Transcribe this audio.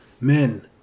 men